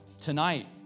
Tonight